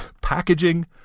packaging